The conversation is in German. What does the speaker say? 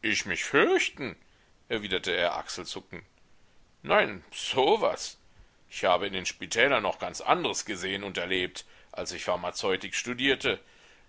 ich mich fürchten erwiderte er achselzuckend nein so was ich habe in den spitälern noch ganz andres gesehen und erlebt als ich pharmazeutik studierte